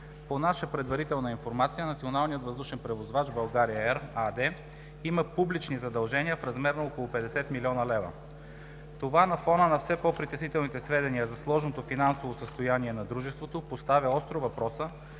въздушен превозвач „България Ер“ АД има публични задължения в размер на около 50 млн. лв. Това на фона на все по-притеснителните сведения за сложното финансово състояние на дружеството поставя остро въпроса